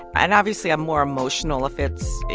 and obviously, i'm more emotional if it's,